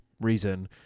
reason